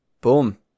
boom